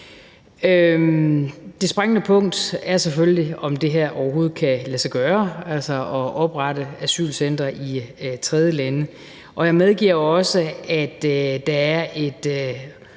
Det springende punkt er selvfølgelig, om det her overhovedet kan lade sig gøre, altså at oprette asylcentre i tredjelande, og jeg medgiver jo også, at der er et,